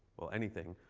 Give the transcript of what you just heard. well anything,